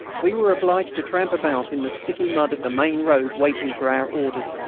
we were obliged to tramp about in the sticky mud of the main road waiting for our orders.